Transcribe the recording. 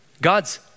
God's